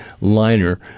liner